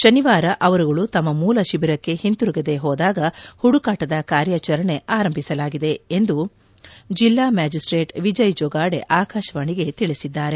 ಶನಿವಾರ ಅವರುಗಳು ತಮ್ಮ ಮೂಲ ಶಿಬಿರಕ್ಕೆ ಹಿಂತಿರುಗದೇ ಹೋದಾಗ ಹುಡುಕಾಟದ ಕಾರ್ಯಾಚರಣೆ ಆರಂಭಿಸಲಾಗಿದೆ ಎಂದು ಜಿಲ್ಲಾ ಮ್ಯಾಜಿಸ್ವೇಟ್ ವಿಜಯ್ ಜೊಗಾಡೇ ಆಕಾಶವಾಣಿಗೆ ತಿಳಿಸಿದ್ದಾರೆ